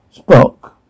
Spock